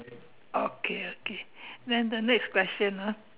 okay okay then the next question ah